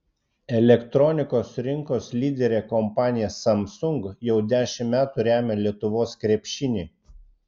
elektronikos rinkos lyderė kompanija samsung jau dešimt metų remia lietuvos krepšinį